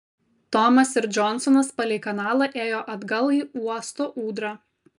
tomas ir džonsonas palei kanalą ėjo atgal į uosto ūdrą